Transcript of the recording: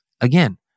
again